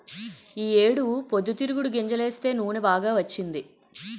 ఈ ఏడు పొద్దుతిరుగుడు గింజలేస్తే నూనె బాగా వచ్చింది